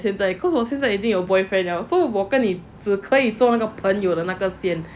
现在 cause 我现在已经有 boyfriend 了 so 我跟你只可以做那个朋友的那个先